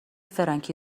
فرانکی